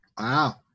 wow